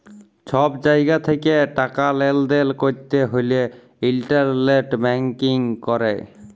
ছব জায়গা থ্যাকে টাকা লেলদেল ক্যরতে হ্যলে ইলটারলেট ব্যাংকিং ক্যরে